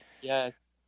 Yes